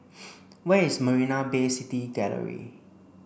where is Marina Bay City Gallery